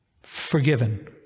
Forgiven